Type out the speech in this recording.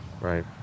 Right